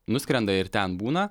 nuskrenda ir ten būna